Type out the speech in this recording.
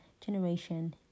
generation